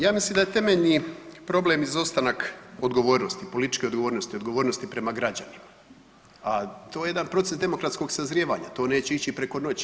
Ja mislim da je temeljni problem izostanak odgovornosti, političke odgovornosti, odgovornosti prema građanima, a to je jedan proces demokratskog sazrijevanja, to neće ići preko noći.